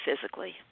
physically